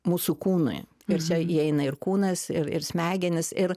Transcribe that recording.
mūsų kūnui ir čia įeina ir kūnas ir ir smegenys ir